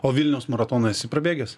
o vilniaus maratoną esi prabėgęs